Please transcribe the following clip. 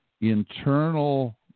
internal